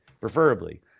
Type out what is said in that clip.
preferably